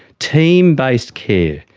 team-based care,